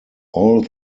all